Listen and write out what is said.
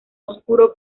oscuro